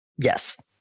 Yes